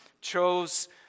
chose